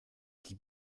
die